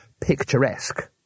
picturesque